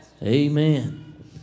Amen